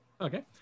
Okay